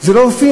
זה לא הופיע,